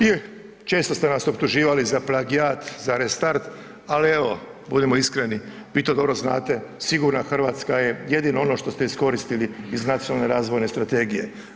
I često ste nas optuživali za plagijat, za RESTART ali evo, budimo iskreni, vi to dobro znate, sigurna Hrvatska je jedino ono što ste iskoristili iz nacionalne razvojne strategije.